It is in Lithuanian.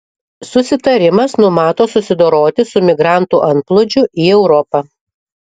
susitarimas numato susidoroti su migrantų antplūdžiu į europą